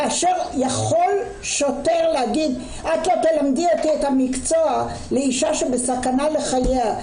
כאשר יכול שוטר להגיד "את לא תלמדי אותי את המקצוע" לאישה שבסכנה לחייה,